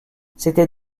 c’était